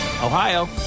Ohio